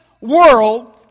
world